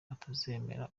atazemera